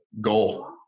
goal